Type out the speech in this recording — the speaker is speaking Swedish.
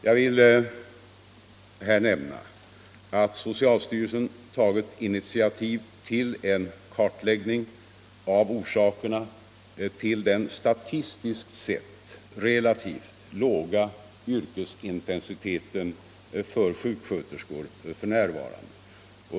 Jag vill här nämna att socialstyrelsen tagit initiativ till en kartläggning av orsakerna till den statistiskt sett relativt låga yrkesintensiteten för sjuksköterskor f. n.